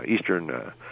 eastern